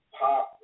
pop